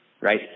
right